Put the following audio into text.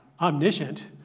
omniscient